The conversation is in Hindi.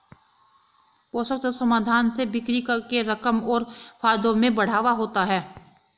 पोषक तत्व समाधान से बिक्री के रकम और फायदों में बढ़ावा होता है